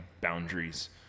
boundaries